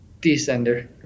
descender